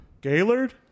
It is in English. Gaylord